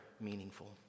meaningful